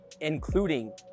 including